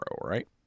right